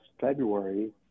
February –